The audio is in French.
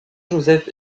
joseph